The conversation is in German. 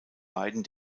beiden